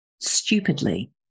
Stupidly